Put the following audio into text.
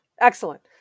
Excellent